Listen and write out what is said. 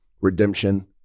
redemption